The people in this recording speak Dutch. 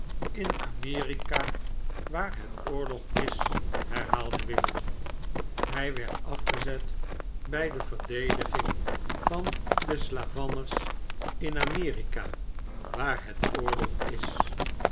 in amerika waar het oorlog is herhaalde willet hij werd afgezet bij de verdediging van de slavanners in am erik a r waar het oorlog is